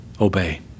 Obey